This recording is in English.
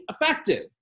effective